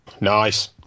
Nice